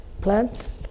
plants